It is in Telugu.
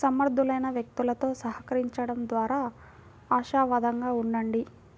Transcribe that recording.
సమర్థులైన వ్యక్తులతో సహకరించండం ద్వారా ఆశావాదంగా ఉండండి